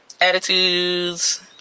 attitudes